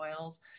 oils